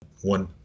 one